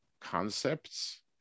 concepts